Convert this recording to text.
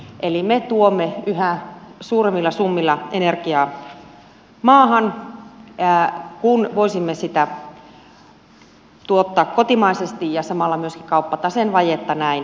eli me tuomme yhä suuremmilla summilla energiaa maahan kun voisimme sitä tuottaa kotimaisesti ja samalla myöskin kauppataseen vajetta näin korjata